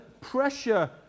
pressure